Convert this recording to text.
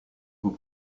vous